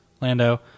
Lando